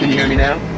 hear me now?